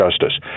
Justice